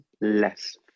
less